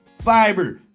fiber